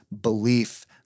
belief